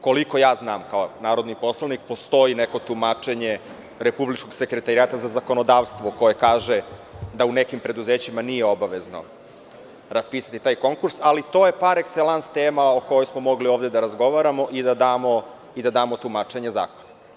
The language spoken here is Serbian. Koliko ja znam, kao narodni poslanik, postoji neko tumačenje republičkog Sekretarijata za zakonodavstvo koje kaže da u nekim preduzećima nije obavezno raspisati taj konkurs, ali, to je par ekselans tema o kojoj smo mogli ovde da razgovaramo i da damo tumačenje zakona.